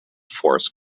force